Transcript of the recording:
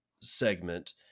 segment